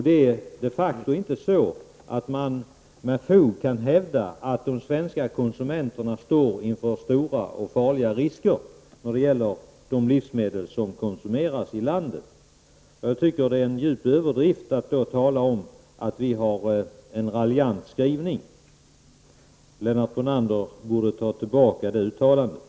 Det är de facto inte så att man med fog kan hävda att de svenska konsumenterna står inför stora och farliga risker på grund av de livsmedel som konsumeras i landet. Jag tycker att det är en stor överdrift att då säga att vi har en raljant skrivning. Lennart Brunander borde ta tillbaka det yttrandet.